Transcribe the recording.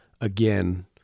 again